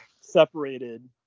separated